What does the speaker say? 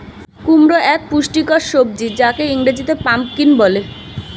কুমড়ো এক পুষ্টিকর সবজি যাকে ইংরেজিতে পাম্পকিন বলে